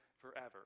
forever